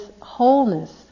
wholeness